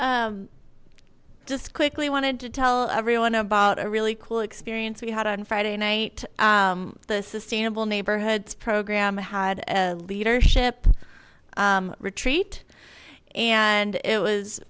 goodwin just quickly wanted to tell everyone about a really cool experience we had on friday night the sustainable neighborhoods program had a leadership retreat and it was